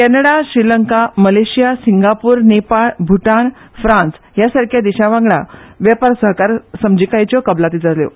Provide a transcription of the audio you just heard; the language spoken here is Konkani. कॅनडा Sri Lanka Malaysia Singapore Nepal Bhutan France ह्या सारक्या देशा वांगडा वेपार सहकार समजीकाय कबलाती जाल्यो